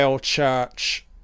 Church